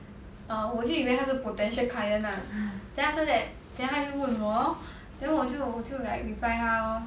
err 我就以为他是 potential client lah then after that then 他就问我 lor then 我就我就 like reply 他 lor